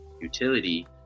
utility